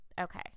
Okay